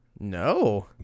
No